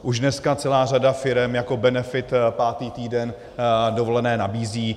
Už dneska celá řada firem jako benefit pátý týden dovolené nabízí.